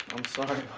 sorry.